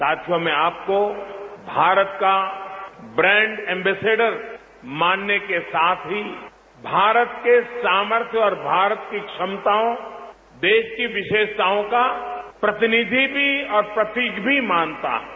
साथियों मैं आपको भारत का ब्रैंड एम्बेस्डर मानने के साथ ही भारत के सामर्थ और भारत की क्षमताओं देश की विशेषताओं का प्रतिनिधि भी और प्रतीक भी मानता हूं